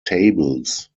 tables